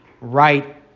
right